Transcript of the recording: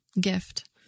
gift